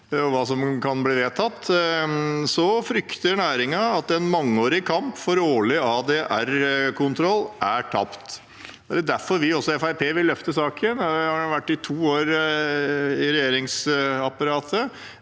og det som kan bli vedtatt, frykter næringen at en mangeårig kamp for årlig ADR-kontroll er tapt. Det er derfor vi i Fremskrittspartiet vil løfte saken. Nå har saken vært to år i regjeringsapparatet,